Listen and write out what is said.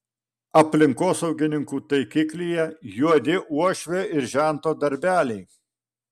aplinkosaugininkų taikiklyje juodi uošvio ir žento darbeliai